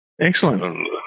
Excellent